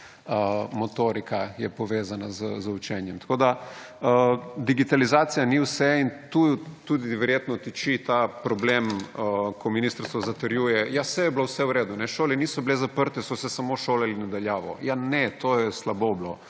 motorika je povezana z učenjem. Tako da digitalizacija ni vse in tu tudi verjetno tiči ta problem, ko ministrstvo zatrjuje, ja, saj je bilo vse v redu, šole niso bile zaprte, so se samo šolali na daljavo. Ne, to je bilo